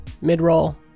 mid-roll